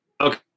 Okay